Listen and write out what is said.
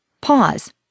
Pause